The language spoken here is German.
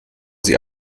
sie